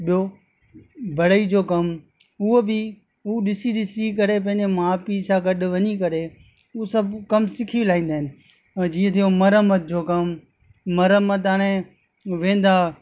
ॿियों बढ़ई जो कमु उहो बि हू ॾिसी ॾिसी करे पंहिंजे माउ पीउ सां गॾु वञी करे हू सभु कमु सिखी लाहींदा आहिनि ऐं जीअं जीओ मरमत जो कमु मरमत हाणे वेंदा